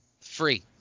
free